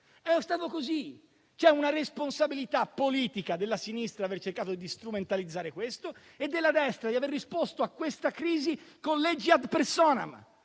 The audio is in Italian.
È stato così: c'è una responsabilità politica della sinistra nell'aver cercato di strumentalizzare questo e della destra nell'aver risposto a questa crisi con leggi *ad personam*.